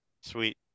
sweet